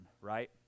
right